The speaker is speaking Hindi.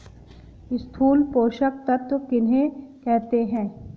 स्थूल पोषक तत्व किन्हें कहते हैं?